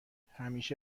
همیشه